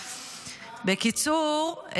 בקיצור,